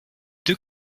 deux